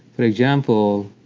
for example,